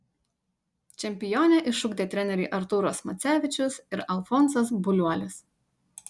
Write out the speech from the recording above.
čempionę išugdė treneriai artūras macevičius ir alfonsas buliuolis